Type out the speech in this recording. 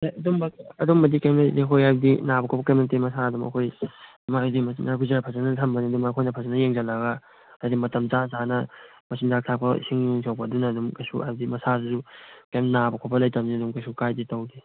ꯑꯗꯨꯝꯕꯗꯤ ꯀꯩꯝ ꯍꯣꯏ ꯍꯥꯏꯕꯗꯤ ꯅꯥꯕ ꯈꯣꯠꯄ ꯀꯩꯝ ꯂꯩꯇꯦ ꯃꯁꯥ ꯑꯗꯨꯝ ꯑꯩꯈꯣꯏ ꯃꯥꯒꯤ ꯃꯆꯤꯟꯖꯥꯛ ꯄꯤꯖꯔ ꯐꯖꯅ ꯊꯝꯕꯅꯤꯅ ꯃꯈꯣꯏꯅ ꯐꯖꯅ ꯌꯦꯡꯖꯤꯜꯂꯒ ꯍꯥꯏꯗꯤ ꯃꯇꯝ ꯆꯥ ꯆꯥꯅ ꯃꯆꯤꯟꯖꯥꯛ ꯊꯥꯛꯄ ꯏꯁꯤꯡ ꯁꯣꯛꯄ ꯑꯗꯨꯅ ꯑꯗꯨꯝ ꯀꯩꯁꯨ ꯍꯥꯏꯕꯗꯤ ꯃꯁꯥꯁꯨ ꯀꯩꯝ ꯅꯥꯕ ꯈꯣꯠꯄ ꯂꯩꯇꯃꯤꯅ ꯑꯗꯨꯝ ꯀꯩꯁꯨ ꯀꯥꯏꯗꯦ